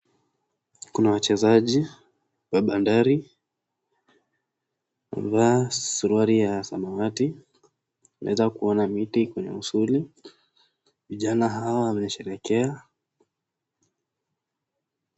Kuna wachezaji wa bandari, wamevaa suruali ya samawati, tunaweza kuona miti kuna kivuli, vijana hawa wamesherehekea.